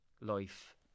Life